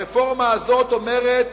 הרפורמה הזאת אומרת